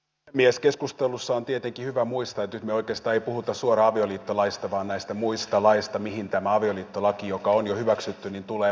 keskustelussa on tietenkin hyvä muistaa että nyt oikeastaan ei puhuta suoraan avioliittolaista vaan näistä muista laeista mihin tämä avioliittolaki joka on jo hyväksytty tulee vaikuttamaan